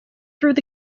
through